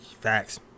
Facts